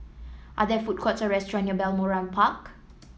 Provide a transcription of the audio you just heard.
are there food courts or restaurant near Balmoral Park